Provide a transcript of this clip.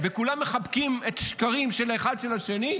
וכולם מחבקים את השקרים האחד של השני,